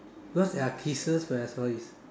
because there are cases where I saw is